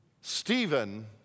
Stephen